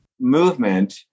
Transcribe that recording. movement